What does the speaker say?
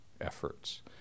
efforts